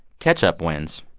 ketchup wins.